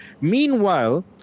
Meanwhile